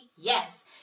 yes